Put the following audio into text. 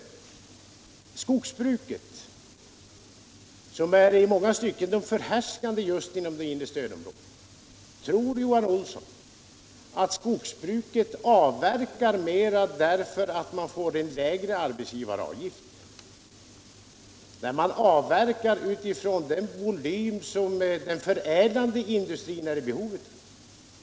Tror herr Olsson att skogsbruket, som i många stycken är förhärskande just inom det inre stödområdet, ger en större avverkning tack vare en lägre arbetsgivaravgift? Nej, man avverkar utifrån den volym som den förädlande industrin är i behov av.